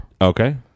okay